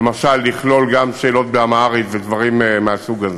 למשל לכלול גם שאלות באמהרית ודברים מהסוג הזה,